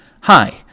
Hi